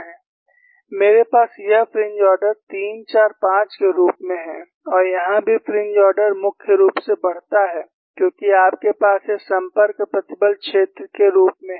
मेरे पास यह फ्रिंज ऑर्डर 3 4 5 के रूप में है और यहां भी फ्रिंज ऑर्डर मुख्य रूप से बढ़ता है क्योंकि आपके पास यह संपर्क प्रतिबल क्षेत्र के रूप में है